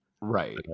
Right